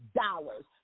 dollars